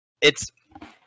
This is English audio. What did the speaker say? it's-